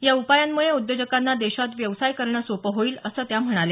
या उपायांमुळे उद्योजकांना देशात व्यवसाय करणं सोपं होईल असं त्या म्हणाल्या